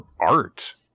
art